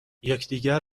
یکدیگر